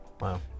Wow